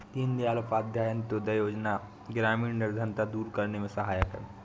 दीनदयाल उपाध्याय अंतोदय योजना ग्रामीण निर्धनता दूर करने में सहायक है